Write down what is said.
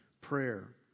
prayer